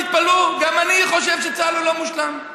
תתפלאו, גם אני חושב שצה"ל הוא לא מושלם.